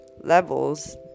levels